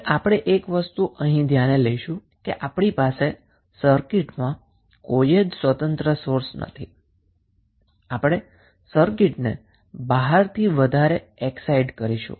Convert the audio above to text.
હવે પ્રથમ વસ્તુ જે આપણે ધ્યાનમા લઈશું તે એ છે કે આપણી પાસે સર્કિટમાં કોઈ જ ઇંડિપેન્ડન્ટ સોર્સ ન હોવાથી આપણે સર્કિટને બહારથી જ એક્સાઈટ કરવી પડશે